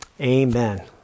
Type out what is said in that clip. amen